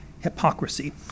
hypocrisy